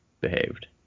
behaved